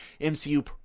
MCU